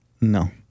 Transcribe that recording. No